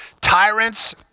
Tyrants